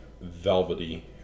velvety